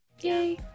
Yay